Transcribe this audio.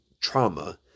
trauma